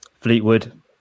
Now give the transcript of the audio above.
Fleetwood